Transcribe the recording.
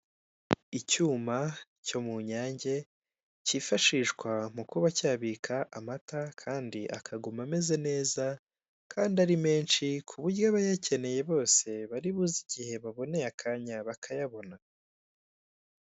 Icyuma cyo munyange, kifashishwa mukuba cyabika amata Kandi akaguma ameze neza Kandi ari menshi ,kuburyo abayakeneye Bose bari buze igihe baboneye akanya bakayabona.